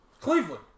Cleveland